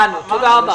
הבנו.